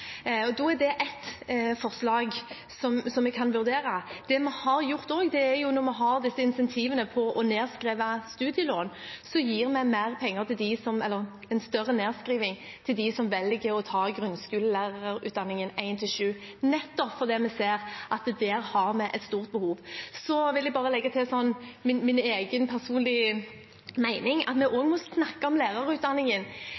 og da er dette ett forslag vi kan vurdere. Vi har disse incentivene med nedskriving av studielån; vi gir mer penger – en større nedskrivning – til dem som velger å ta grunnskolelærerutdanningen for 1.–7. trinn, nettopp fordi vi ser at der har vi et stort behov. Så vil jeg legge til min egen personlige mening: Vi må snakke om lærerutdanningen for de yngste elevene som noe som er faglig utfordrende, og vi